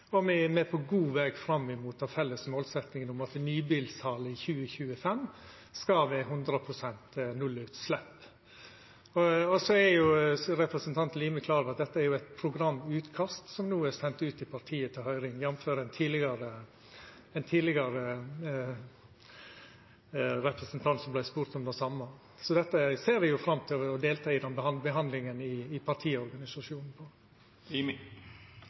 og me er på god veg fram mot den felles målsetjinga om at nybilsalet i 2025 skal vera 100 pst. nullutsleppsbilar. Så er jo representanten Limi klar over at dette er eit programutkast som no er sendt ut til partiet til høyring, jf. ein tidlegare representant som vart spurd om det same. Eg ser fram til å delta i behandlinga av dette i partiorganisasjonen.